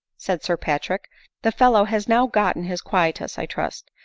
said sir patrick the fellow has now gotten his quietus, i trust,